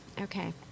Okay